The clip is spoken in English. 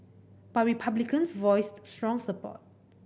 but Republicans voiced strong support